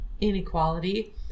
inequality